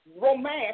romance